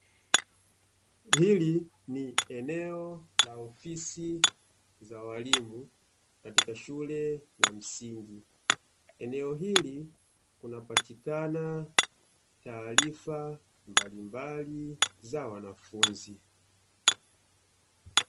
Hili ni eneo la ofisi za walimu katika shule ya msingi, eneo hili kunapatikana taarifa mbalimbali za wanafunzi.